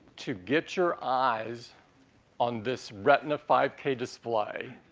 to get your eyes on this retina five k display.